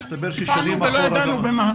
ולא ידענו במה.